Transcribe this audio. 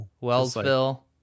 wellsville